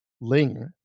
ling